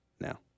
now